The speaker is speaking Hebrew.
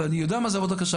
ואני יודע מה זה עבודה קשה,